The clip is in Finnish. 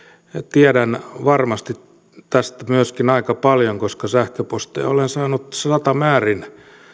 tiedän varmasti tästä myöskin aika paljon koska sähköposteja olen saanut satamäärin